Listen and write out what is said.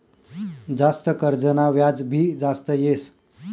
जास्त कर्जना व्याज भी जास्त येस